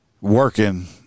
working